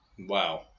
wow